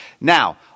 Now